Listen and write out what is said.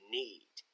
need